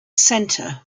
center